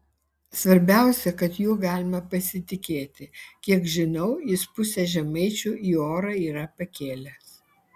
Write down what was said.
svarbiausia kad juo galima pasitikėti kiek žinau jis pusę žemaičių į orą yra pakėlęs